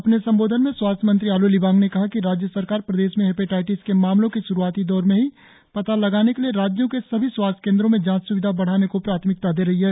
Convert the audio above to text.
अपने संबोधन में स्वास्थ्य मंत्री आलो लिबांग ने कहा कि राज्य सरकार प्रदेश में हेपेटाइटिस के मामलो की शुरुआती दौर में ही पता लगाने के लिए राज्य के सभी स्वास्थ्य केंद्रों में जांच सुविधा बढ़ाने को प्राथमिकता दे रही है